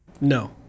No